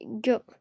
Go